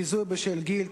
ביזוי בשל גיל),